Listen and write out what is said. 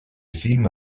film